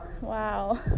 Wow